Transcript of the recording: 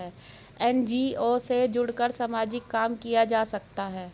NGO से जुड़कर सामाजिक काम किया जा सकता है